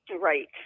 Right